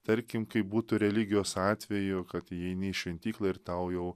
tarkim kaip būtų religijos atveju kad įeini į šventyklą ir tau jau